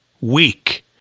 weak